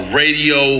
radio